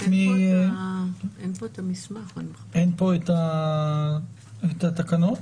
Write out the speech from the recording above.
אין פה את התקנות?